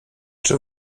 czy